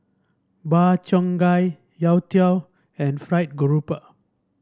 bar cheong gai youtiao and Fried Garoupa